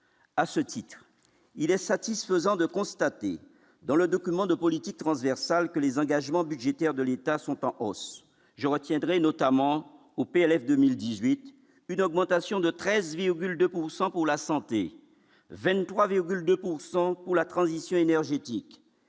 à ce titre, il est satisfaisant de constater dans le document de politique transversale que les engagements budgétaires de l'État sont en hausse, je retiendrai notamment au PLF 2018, une augmentation de 13,2 pourcent pour la santé 23,2 pourcent pour la transition énergétique